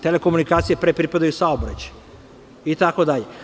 Telekomunikacije pre pripadaju saobraćaju, itd.